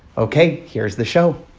ok, here's the show